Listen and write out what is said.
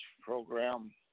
program